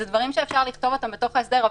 אלה דברים שאפשר לכתוב אותם בתוך ההסדר,